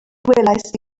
welaist